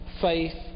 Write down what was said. faith